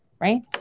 right